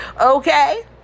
Okay